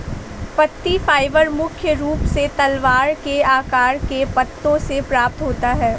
पत्ती फाइबर मुख्य रूप से तलवार के आकार के पत्तों से प्राप्त होता है